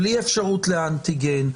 בלי אפשרות לאנטיגן?